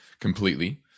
completely